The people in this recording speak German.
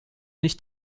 nicht